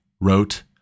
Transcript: wrote